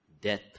death